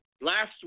last